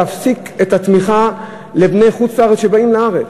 להפסיק את התמיכה לבני חוץ-לארץ שבאים לארץ.